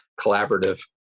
collaborative